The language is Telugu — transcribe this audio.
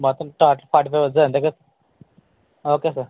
మొత్తం టోటల్ ఫార్టీ ఫైవ్ అవుతుంది అంతే కదా సార్ ఓకే సార్